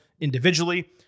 individually